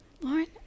Lauren